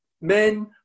men